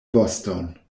voston